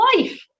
life